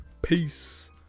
Peace